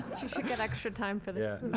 she should get extra time for yeah